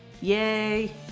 Yay